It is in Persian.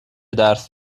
درس